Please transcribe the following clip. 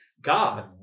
God